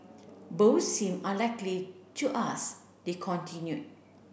both seem unlikely to us they continue